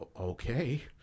Okay